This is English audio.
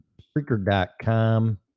speaker.com